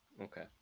okay